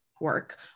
work